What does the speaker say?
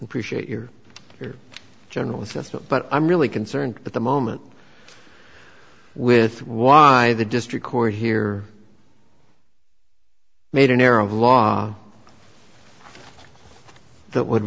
appreciate your general assessment but i'm really concerned at the moment with why the district court here made an error of law that would